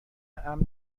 امن